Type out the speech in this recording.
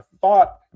thought